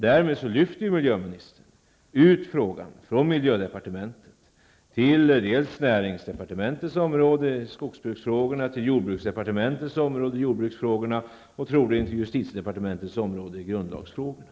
Därmed lyfter miljöministern ut frågan från miljödepartementet till näringsdepartementet i skogsbruksfrågorna, till jordbruksdepartementet i jordbruksfrågorna och troligen till justitiedepartementet i grundlagsfrågorna.